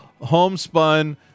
homespun